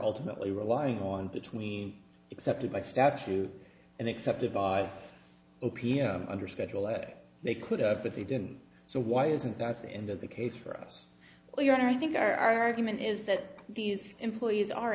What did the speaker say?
alternately relying on between accepted by statute and accepted by o p m under schedule and they could but they didn't so why isn't that the end of the case for us well your honor i think our argument is that these employees are